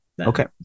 Okay